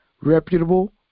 reputable